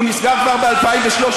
הוא נסגר כבר ב-2013.